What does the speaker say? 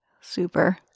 Super